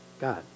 God